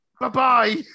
Bye-bye